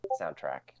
soundtrack